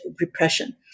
repression